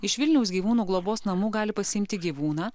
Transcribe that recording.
iš vilniaus gyvūnų globos namų gali pasiimti gyvūną